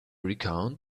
recount